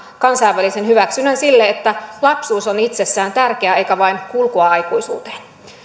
kansainvälisen hyväksynnän sille että lapsuus on itsessään tärkeä eikä vain kulkua aikuisuuteen